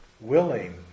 willing